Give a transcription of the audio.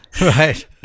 right